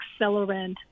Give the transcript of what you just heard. accelerant